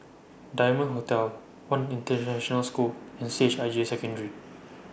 Diamond Hotel one International School and C H I J Secondary